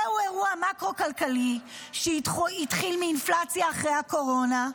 זהו אירוע מקרו-כלכלי שהתחיל מאינפלציה אחרי הקורונה,